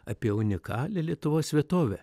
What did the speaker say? apie unikalią lietuvos vietovę